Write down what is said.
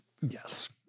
yes